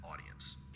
audience